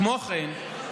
כמו כן,